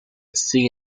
sin